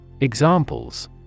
Examples